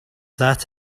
that